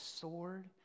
sword